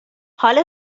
حال